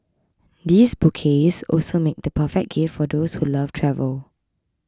these bouquets also make the perfect gifts for those who love travel